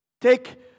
Take